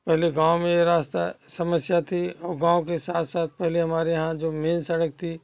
पहले गाँव में ये रास्ता समस्या थी अब गाँव के साथ साथ पहले हमारे यहाँ जो मेन सड़क थी